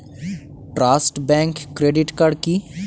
Trust bank credit card কি?